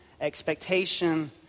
expectation